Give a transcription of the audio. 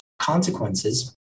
consequences